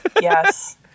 Yes